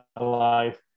life